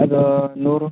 ಅದು ನೂರು